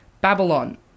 Babylon